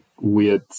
weird